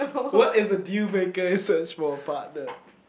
what is the deal maker in search for partner